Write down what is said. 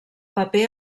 paper